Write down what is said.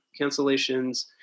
cancellations